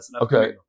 Okay